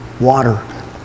water